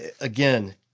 again